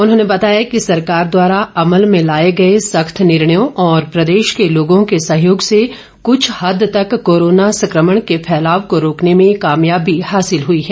उन्होंने बताया कि सरकार द्वारा अमल में लाए गए सख्त निर्णयों और प्रदेश के लोगों के सहयोग से कुछ हद तक कोरोना संक्रमण के फैलाव को रोकने में कामयाबी हासिल हुई है